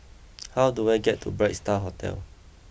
how do I get to Bright Star Hotel